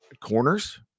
corners